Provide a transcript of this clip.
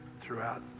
throughout